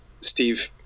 Steve